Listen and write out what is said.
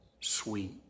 sweet